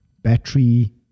Battery